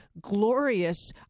glorious